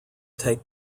take